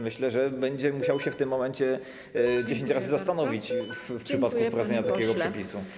Myślę, że będzie musiał w tym momencie 10 razy się zastanowić w przypadku wprowadzenia takiego przepisu.